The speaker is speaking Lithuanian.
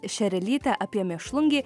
šerelyte apie mėšlungį